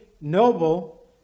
noble